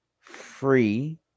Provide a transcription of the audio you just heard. free